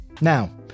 now